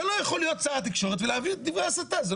אתה לא יכול להיות שר התקשורת ולהעביר דברי הסתה.